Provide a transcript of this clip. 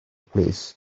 plîs